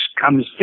comes